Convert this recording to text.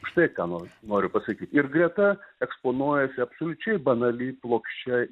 štai ką noriu noriu pasakyt ir greta eksponuojasi absoliučiai banali plokščia